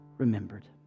Remembered